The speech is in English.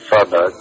Father